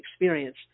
experience